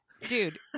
Dude